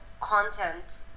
content